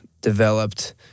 developed